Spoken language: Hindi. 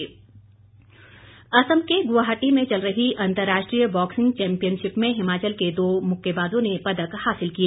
बॉक्सिंग असम के गुवाहट्टी में चल रही अंतर्राष्ट्रीय बॉक्सिंग चैंपियनशिप में हिमाचल के दो मुक्केबाजों ने पदक हासिल किए